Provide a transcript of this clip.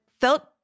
felt